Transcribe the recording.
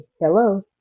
hello